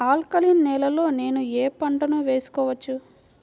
Alkaline నేలలో నేనూ ఏ పంటను వేసుకోవచ్చు?